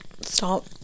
Stop